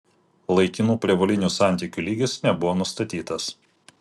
laikinų prievolinių santykių lygis nebuvo nustatytas